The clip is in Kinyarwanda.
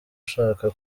ushaka